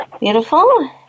beautiful